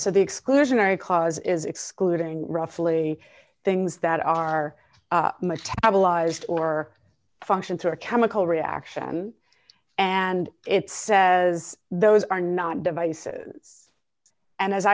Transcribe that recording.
so the exclusionary clause is excluding roughly things that are must have allies or functions or chemical reaction and it says those are not devices and as